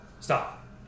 stop